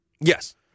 Yes